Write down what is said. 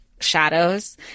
Shadows